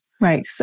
Right